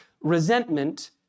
Resentment